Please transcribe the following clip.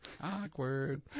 Awkward